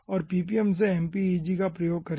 और ppm से mpeg का प्रयोग करके